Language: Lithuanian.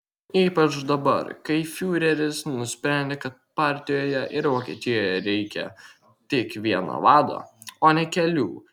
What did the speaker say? ypač dabar kai fiureris nusprendė kad partijoje ir vokietijoje reikia tik vieno vado o ne kelių